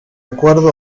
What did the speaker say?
acuerdo